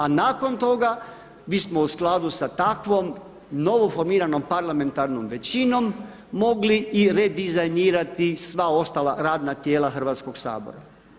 A nakon toga bismo u skladu sa takvom novoformiranom parlamentarnom većinom mogli i redizajnirati sva ostala radna tijela Hrvatskoga sabora.